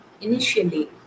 initially